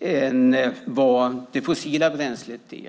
än vad det fossila bränslet är.